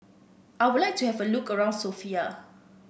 I would like to have a look around Sofia